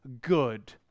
good